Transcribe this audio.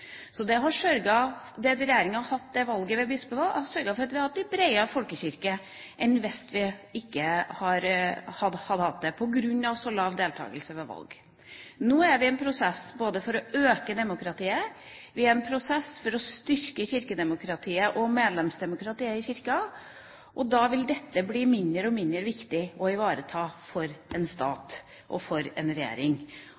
Det at regjeringa har hatt det valget ved bispevalg, har sørget for at vi har fått en bredere folkekirke enn hvis vi ikke hadde hatt det, på grunn av så lav deltakelse ved valg. Nå er vi i en prosess for å styrke både kirkedemokratiet og medlemsdemokratiet i Kirken, og da vil dette bli mindre og mindre viktig å ivareta for en